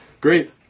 Great